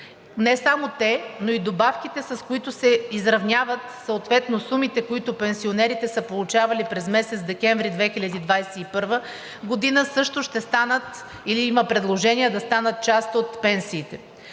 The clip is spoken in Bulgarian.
Не само те, но и добавките, с които се изравняват съответно сумите, които пенсионерите са получавали през месец декември 2021 г. също ще станат или има предложение да станат част от пенсиите.